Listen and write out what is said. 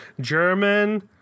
German